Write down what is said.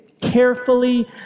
carefully